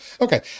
Okay